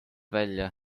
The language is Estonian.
välja